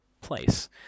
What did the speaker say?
place